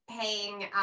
paying